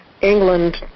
England